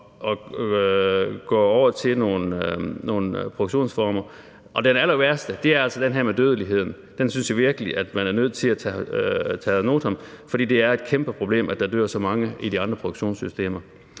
at gå over til nogle andre produktionsformer, og den allerværste er altså den her med dødeligheden – den synes jeg virkelig at man er nødt til at tage ad notam, for det er et kæmpe problem, at der dør så mange i de andre produktionssystemer.